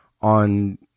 on